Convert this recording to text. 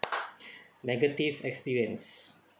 negative experience